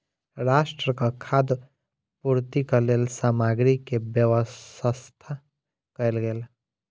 राष्ट्रक खाद्य पूर्तिक लेल सामग्री के व्यवस्था कयल गेल